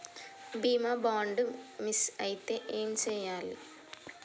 బీమా bond miss అయితే ఏం చేయాలి?